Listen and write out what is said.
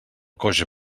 coix